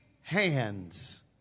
hands